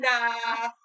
Nah